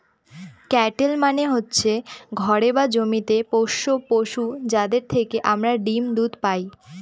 cattle মানে হচ্ছে ঘরে বা জমিতে পোষ্য পশু, যাদের থেকে আমরা ডিম দুধ পায়